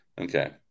Okay